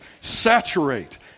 saturate